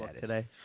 today